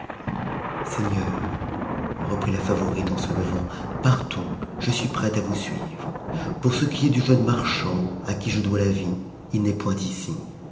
seigneur reprit la favorite en se levant partons je suis prête à vous suivre pour ce qui est du jeune marchand à qui je dois la vie il n'est point ici